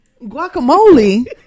Guacamole